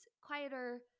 quieter